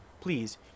Please